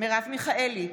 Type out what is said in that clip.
מרב מיכאלי,